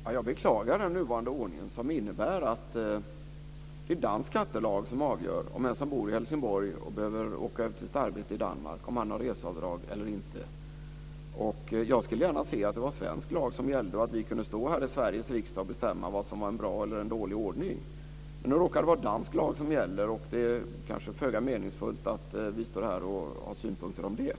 Fru talman! Jag beklagar den nuvarande ordningen som innebär att det är dansk skattelag som avgör om den som bor i Helsingborg och behöver åka över till sitt arbete i Danmark har reseavdrag eller inte. Jag skulle gärna se att det var svensk lag som gällde och att vi kunde stå här i Sveriges riksdag och bestämma vad som var en bra eller en dålig ordning. Men nu råkar det vara dansk lag som gäller. Det är kanske föga meningsfullt att vi står här och har synpunkter på det.